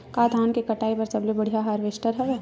का धान के कटाई बर सबले बढ़िया हारवेस्टर हवय?